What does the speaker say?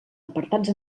apartats